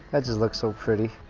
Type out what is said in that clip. that just looks so pretty